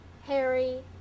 Harry